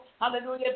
hallelujah